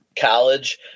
college